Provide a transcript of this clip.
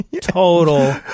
total